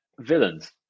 villains